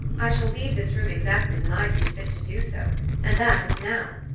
i shall leave this room exactly when i see fit to do so and that is now.